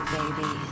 baby